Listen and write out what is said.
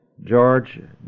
George